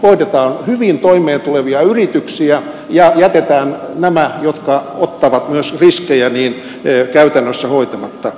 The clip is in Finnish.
hoidetaan hyvin toimeentulevia yrityksiä ja jätetään nämä jotka ottavat myös riskejä käytännössä hoitamatta